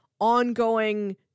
ongoing